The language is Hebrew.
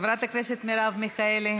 חברת הכנסת מרב מיכאלי,